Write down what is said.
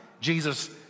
Jesus